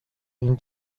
این